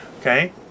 okay